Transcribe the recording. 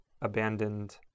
abandoned